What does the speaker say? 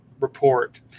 report